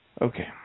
Okay